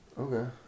Okay